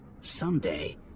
Someday